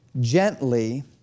gently